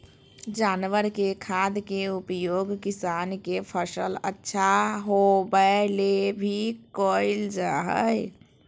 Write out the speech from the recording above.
जानवर के खाद के उपयोग किसान के फसल अच्छा होबै ले भी कइल जा हइ